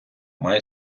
має